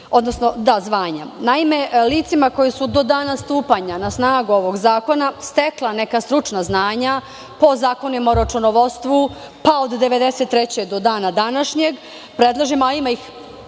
stečenih zvanja. Naime, licima koja su do dana stupanja na snagu ovog zakona, stekla neka stručna znanja, po zakonima o računovodstvu od 1993. godine, do dana današnjeg, predlažem, a ima ih